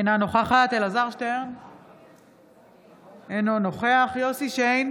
אינה נוכחת אלעזר שטרן, אינו נוכח יוסף שיין,